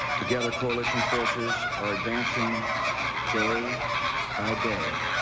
together coalition forces are advancing day by day